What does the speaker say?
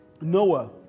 Noah